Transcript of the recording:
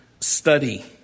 study